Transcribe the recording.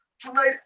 Tonight